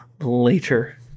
later